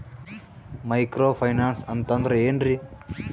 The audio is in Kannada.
ಮೈಕ್ರೋ ಫೈನಾನ್ಸ್ ಅಂತಂದ್ರ ಏನ್ರೀ?